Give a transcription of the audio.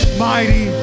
mighty